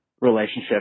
relationship